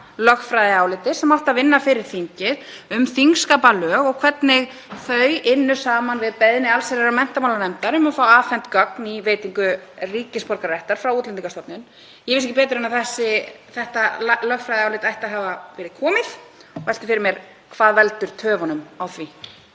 lögfræðiáliti sem átti að vinna fyrir þingið um þingskapalög og hvernig þau ynnu saman við beiðni allsherjar- og menntamálanefndar um að fá afhent gögn um veitingu ríkisborgararéttar frá Útlendingastofnun. Ég veit ekki betur en að þetta lögfræðiálit ætti að vera komið og velti fyrir mér hvað veldur töfunum á því.